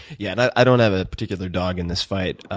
yeah. and i i don't have a particular dog in this fight.